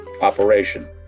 operation